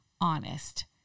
honest